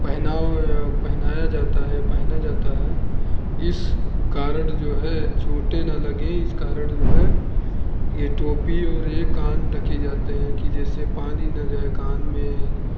पहनाव या पहनाया जाता है या पहना जाता है इस कारण जो है चोटें न लगें इस कारण जो है ये टोपी और ये कान ढके जाते हैं कि जैसे पानी न जाए कान में